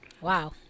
Wow